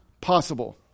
possible